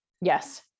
Yes